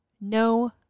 no